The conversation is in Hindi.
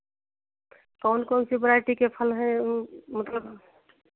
कौन कौन सी वरायटी के फल हैं मतलब